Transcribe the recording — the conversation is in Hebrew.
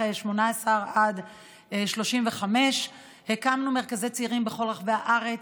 הגילים 18 35. הקמנו מרכזי צעירים בכל רחבי הארץ.